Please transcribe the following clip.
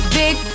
big